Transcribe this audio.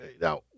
Now